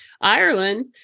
Ireland